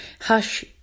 Hush